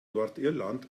nordirland